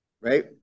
right